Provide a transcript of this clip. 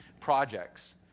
projects